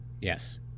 Yes